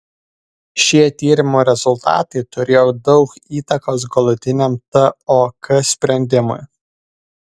šie tyrimo rezultatai turėjo daug įtakos galutiniam tok sprendimui